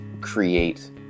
create